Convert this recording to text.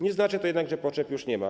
Nie znaczy to jednak, że potrzeb już nie ma.